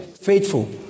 faithful